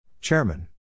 Chairman